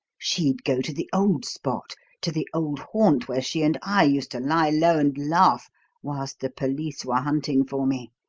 she'd go to the old spot to the old haunt where she and i used to lie low and laugh whilst the police were hunting for me.